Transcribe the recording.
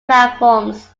platforms